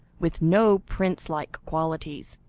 with no prince-like qualities.